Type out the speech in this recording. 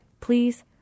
Please